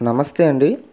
నమస్తే అండి